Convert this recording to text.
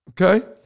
Okay